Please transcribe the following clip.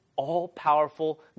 all-powerful